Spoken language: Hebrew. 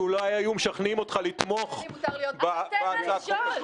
שאולי היו משכנעים אותך לתמוך בהצעת החוק הזאת.